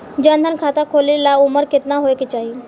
जन धन खाता खोले ला उमर केतना होए के चाही?